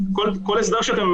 אני